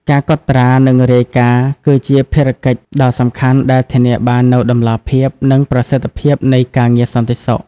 ការកត់ត្រា និងរាយការណ៍ គឺជាភារកិច្ចដ៏សំខាន់ដែលធានាបាននូវតម្លាភាព និងប្រសិទ្ធភាពនៃការងារសន្តិសុខ។